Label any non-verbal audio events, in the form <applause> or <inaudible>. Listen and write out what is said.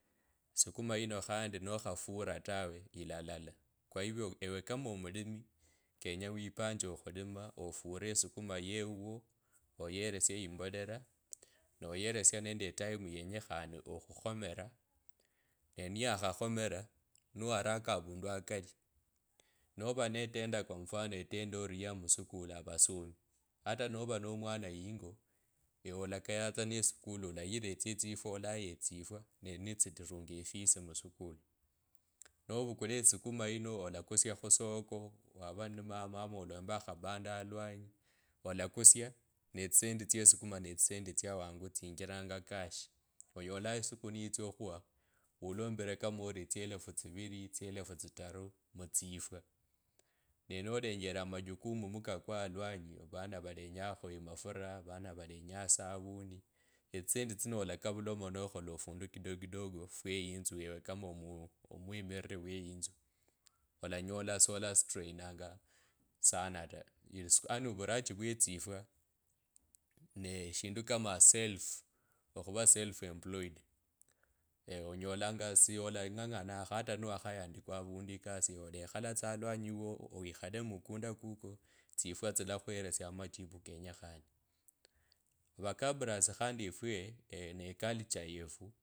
Sukuma ino khandi, nokhafura tawe ilalala, kwa hivyo ewe kama omulimi kenye wipanje okhulima ofure asukuma yeuwo oyelesia imbolera noyelesia nende etime yenyekhane okhukhomera ne, niyakhakhomera niwaraka avundu kali nova ne tenda kw mfano etenda ori ya musukuli avasomi hata nova no omwana yingo ewe olakayatsa ne sikuli olayilatsa etsifwa olaya etsifwa me nitsirunga efisi muskulu. Novakula esukuma yiyo olakusya khusolo wava ni mama am ulumbe akhabanda alwanyi olakusya ne etsisendi tsye sukuma ne tsisendi tsya wangu tsinjiranga cash. Onyola esiku niitsya okhuwa, mulombile kama ori etsielefu tsivili etsyelefu tsitaru mutsifwa ne nolenjele majukumu mukakwa aluanyi avana valenyokabamajukumu mukakwa aluanyi avana valenyakho amafura va valenya esavuni etsisendi tsino olakavula mo nokhola ofundu kidogo kidogo few eyitsu ewe kama omwimiriri we eyitsu olanyola sola streinanga sana ta. Yii yani ovuraji bye tsifwe nee eshindu kama self, okhuva self employed <hesitation> onyolanga siolang’ang’anakho hata niwakhayandikwa avundu ekasi ewe olaekhala tsa alwanyi wuwo wikhale mukunda kukwo tsifwa tsilakhwelesya amajibu kenyekhane. Vakabarasi khandi efwe ne culture yefu.